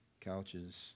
couches